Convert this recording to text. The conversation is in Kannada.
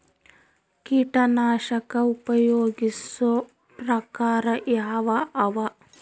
ಕೀಟನಾಶಕ ಉಪಯೋಗಿಸೊ ಪ್ರಕಾರ ಯಾವ ಅವ?